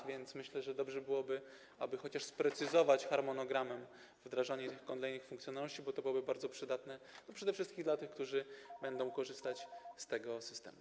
A więc myślę, że dobrze byłoby, aby chociaż sprecyzować w harmonogramie wdrażanie kolejnych funkcjonalności, bo to byłoby bardzo przydatne przede wszystkim dla tych, którzy będą korzystać z tego systemu.